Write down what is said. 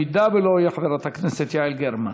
אם לא יהיה, חברת הכנסת יעל גרמן.